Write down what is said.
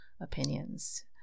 opinions